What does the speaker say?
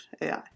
AI